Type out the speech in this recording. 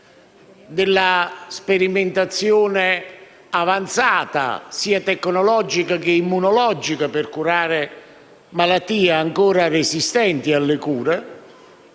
della sperimentazione avanzata sia tecnologica che immunologica per fronteggiare malattie ancora resistenti alle cure.